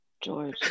George